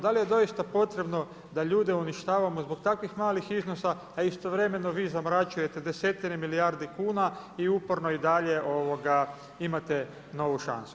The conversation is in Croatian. Da li je doista potrebno da ljudi uništavamo zbog takvih malih iznosa, a istovremeno vi zamračujete 10 milijardi kuna i uporno i dalje imate novu šansu.